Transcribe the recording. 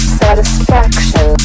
satisfaction